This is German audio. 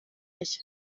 ich